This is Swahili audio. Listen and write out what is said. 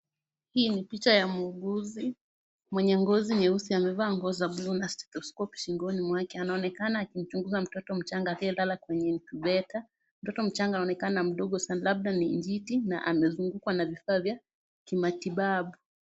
Hii ni picha ya muuguzi mwenye ngozi nyeusi amevaa nguo za buluu na stetoskopu shingoni mwake. Anaonekana akimchunguza mtoto mchanga aliyelala kwenye veta . Mtoto mchanga ni mdogo sana labda ni njiti na amezungukwa na vifaa vya kimatibabu.